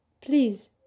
please